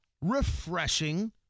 refreshing